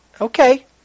Okay